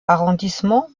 arrondissement